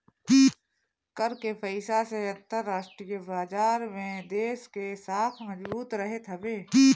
कर के पईसा से अंतरराष्ट्रीय बाजार में देस के साख मजबूत रहत हवे